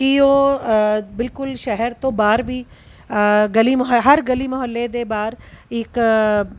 ਕਿ ਉਹ ਬਿਲਕੁਲ ਸ਼ਹਿਰ ਤੋਂ ਬਾਹਰ ਵੀ ਗਲੀ ਮੁਹ ਹਰ ਗਲੀ ਮੁਹੱਲੇ ਦੇ ਬਾਹਰ ਇੱਕ